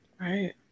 Right